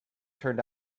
turned